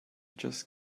just